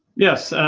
yes.